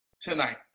tonight